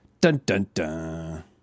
dun-dun-dun